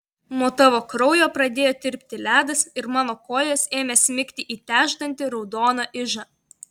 nuo tavo kraujo pradėjo tirpti ledas ir mano kojos ėmė smigti į tęžtantį raudoną ižą